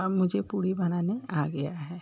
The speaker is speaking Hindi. अब मुझे पूड़ी बनाने आ गया है